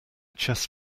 chest